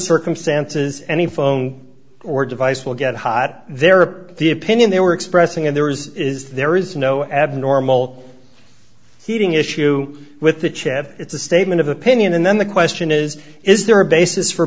circumstances any phone or device will get hot there or the opinion they were expressing and there is is there is no abnormal heating issue with the chad it's a statement of opinion and then the question is is there a basis for